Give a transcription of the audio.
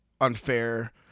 unfair